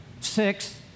Six